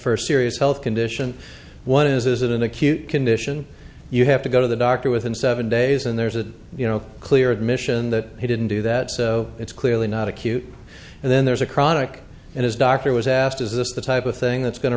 first serious health condition one is in an acute condition you have to go to the doctor within seven days and there's a you know clear admission that he didn't do that so it's clearly not acute and then there's a chronic and his doctor was asked is this the type of thing that's going to